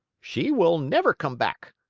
she will never come back.